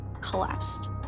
collapsed